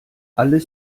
alles